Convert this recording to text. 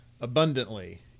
abundantly